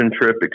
trip